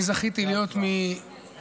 אני זכיתי להיות ממשפחה